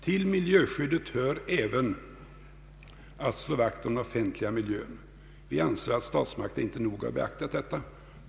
Till miljöskyddet hör även att slå vakt om den offentliga miljön. Vi anser att statsmakterna inte nog har beaktat detta.